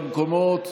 במקומות.